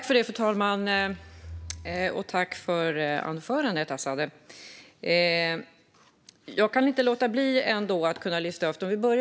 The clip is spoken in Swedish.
Fru talman! Tack för anförandet, Azadeh!